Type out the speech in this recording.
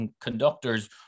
conductors